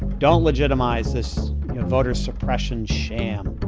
don't legitimize this voter suppression sham